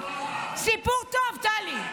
--- סיפור טוב, טלי.